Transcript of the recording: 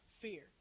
fear